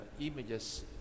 images